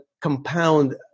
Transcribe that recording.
compound